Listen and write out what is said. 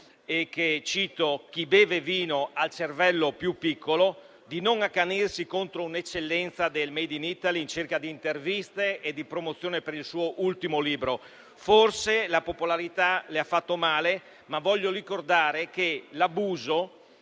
e che chi beve vino ha il cervello più piccolo, di non accanirsi contro un'eccellenza del *made in Italy*, in cerca di interviste e di promozione per il suo ultimo libro. Forse la popolarità le ha fatto male, ma voglio ricordare che è l'abuso